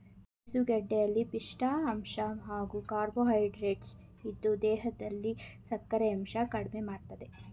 ಕೆಸುಗೆಡ್ಡೆಲಿ ಪಿಷ್ಠ ಅಂಶ ಹಾಗೂ ಕಾರ್ಬೋಹೈಡ್ರೇಟ್ಸ್ ಇದ್ದು ದೇಹದಲ್ಲಿ ಸಕ್ಕರೆಯಂಶ ಕಡ್ಮೆಮಾಡ್ತದೆ